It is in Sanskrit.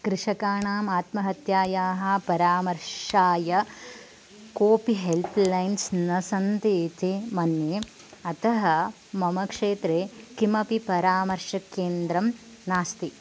कृषकाणाम् आत्महत्यायाः परामर्शाय कोपि हेल्प् लैन्स् न सन्ति इति मन्ये अतः मम क्षेत्रे किमपि परामर्शकेन्द्रं नास्ति